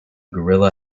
gorilla